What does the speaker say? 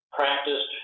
practiced